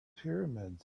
pyramids